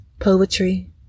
Poetry